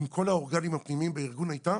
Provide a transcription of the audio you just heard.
עם כל האורגניים הפנימיים בארגון הייתה,